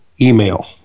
email